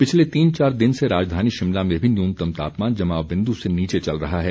पिछले तीन चार दिन से राजधानी शिमला में भी न्यूनतम तापमान जमाव बिंद् से नीचे चल रहा है